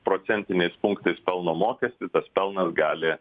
procentiniais punktais pelno mokestį tas pelnas gali